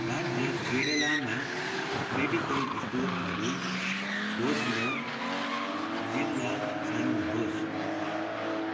राज्य केरेलामा मेडिकल स्टोरहरू खोज्न जिल्ला छान्नुहोस्